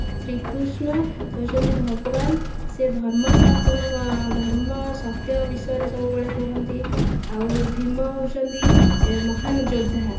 ଶ୍ରୀକୃଷ୍ଣ ହେଉଛନ୍ତି ଭଗବାନ ସେ ଧର୍ମ ସ୍ଥାପନ ଧର୍ମ ସତ୍ୟ ବିଷୟରେ ସବୁବେଳେ କୁହନ୍ତି ଆଉ ଭୀମ ହେଉଛନ୍ତି ମହାନ ଯୋଦ୍ଧା